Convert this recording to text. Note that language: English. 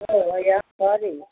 oh I am sorry